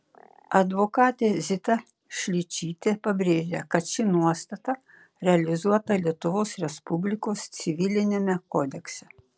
advokatė zita šličytė pabrėžia kad ši nuostata realizuota lietuvos respublikos civiliniame kodekse